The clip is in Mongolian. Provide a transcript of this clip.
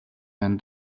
байна